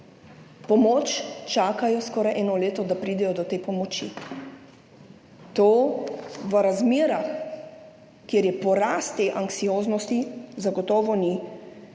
pomoč, čakajo skoraj eno leto, da pridejo do te pomoči. To v razmerah, v katerih je porast te anksioznosti, zagotovo ni